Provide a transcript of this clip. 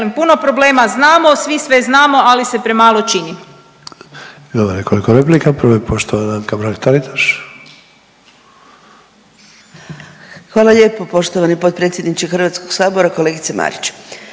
puno problema, znamo, svi sve znamo, ali se premalo čini.